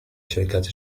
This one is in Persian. شرکت